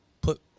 put